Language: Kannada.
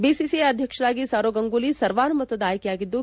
ಬಿಸಿಸಿಐ ಅಧ್ಯಕ್ಷರಾಗಿ ಸೌರವ್ ಗಂಗೂಲಿ ಸರ್ವಾನುಮತದ ಆಯ್ಕೆಯಾಗಿದ್ದು